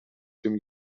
dem